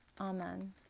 Amen